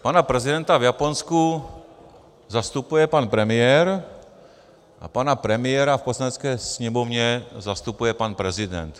Pana prezidenta v Japonsku zastupuje pan premiér a pana premiéra v Poslanecké sněmovně zastupuje pan prezident.